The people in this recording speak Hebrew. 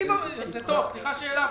סליחה שהעלבתי.